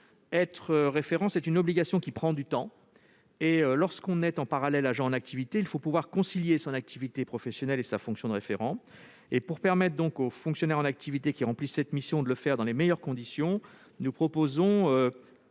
Être référent est une obligation qui prend du temps. Lorsque l'on est également un agent en activité, il faut pouvoir concilier son activité professionnelle et cette fonction de référent. Pour permettre aux fonctionnaires qui remplissent cette mission de le faire dans les meilleures conditions, nous proposons